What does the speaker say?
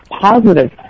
positive